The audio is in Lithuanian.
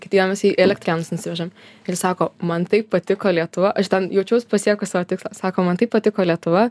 kitiems į elektrėnus nusivežam ir sako man taip patiko lietuva aš ten jaučiaus pasiekus savo tikslą sako man taip patiko lietuva